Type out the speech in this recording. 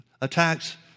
attacks